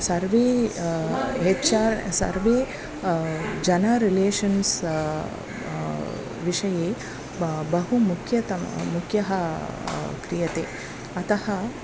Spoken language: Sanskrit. सर्वे हेच्आर् सर्वे जन रिलेषन्स् विषये ब बहुमुख्यतम मुख्यः क्रियते अतः